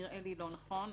נראה לי לא נכון.